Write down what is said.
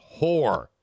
whore